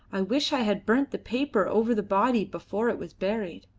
i wish i had burnt the paper over the body before it was buried.